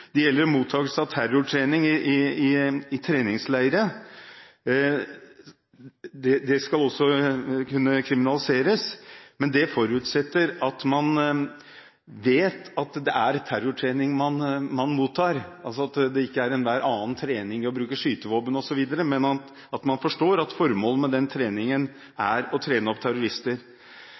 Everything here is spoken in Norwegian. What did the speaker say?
Det gjelder mottakelse av terrortrening i treningsleirer. Det skal også kunne kriminaliseres, men det forutsetter at man vet at det er terrortrening det dreier seg om – altså at det ikke er som enhver annen trening i å bruke skytevåpen osv., men at man forstår at formålet med treningen er å trene opp terrorister.